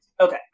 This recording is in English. Okay